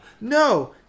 No